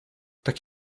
tak